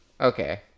Okay